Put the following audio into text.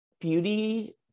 beauty